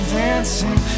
dancing